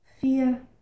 fear